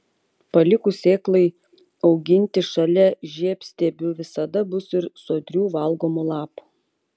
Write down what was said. palikus sėklai auginti šalia žiedstiebių visada bus ir sodrių valgomų lapų